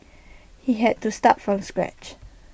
he had to start from scratch